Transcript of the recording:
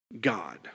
God